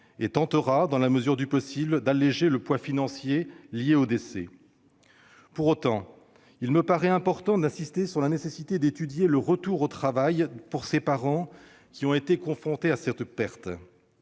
et tend, dans la mesure du possible, à alléger le poids financier lié au décès. Pour autant, il me paraît important d'insister sur la nécessité d'étudier le retour au travail pour les parents qui ont été confrontés à cette perte.